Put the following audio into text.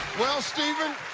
well, stephen,